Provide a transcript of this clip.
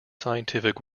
scientific